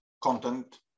content